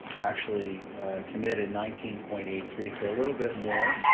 actually committed nineteen point eight three, so a little bit more,